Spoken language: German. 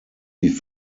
wie